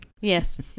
Yes